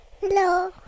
hello